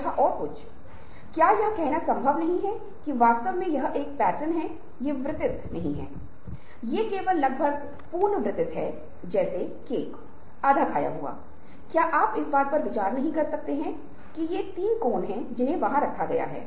इसके विपरीत बाएं मस्तिष्क या बाएं गोलार्द्ध अभिसरण रैखिक तर्कसंगत और विश्लेषणात्मक मौखिक घटाया और मात्रात्मक विचारों को संसाधित करता है